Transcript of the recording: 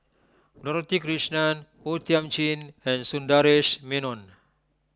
Dorothy Krishnan O Thiam Chin and Sundaresh Menon